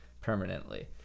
permanently